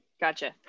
Gotcha